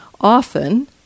Often